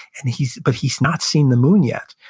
and he's, but he's not seeing the moon yet.